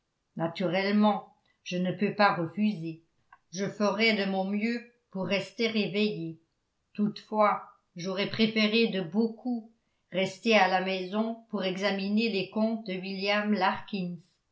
naturellement je ne peux pas refuser je ferai de mon mieux pour rester éveillé toutefois j'aurais préféré de beaucoup rester à la maison pour examiner les comptes de william larkins